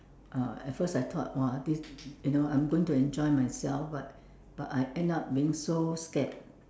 uh at first I thought !wah! this you know I'm going to enjoy myself but I I end up being so scared